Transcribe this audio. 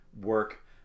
Work